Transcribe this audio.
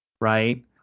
right